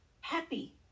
happy